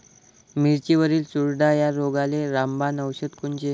मिरचीवरील चुरडा या रोगाले रामबाण औषध कोनचे?